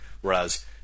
whereas